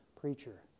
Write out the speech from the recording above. preacher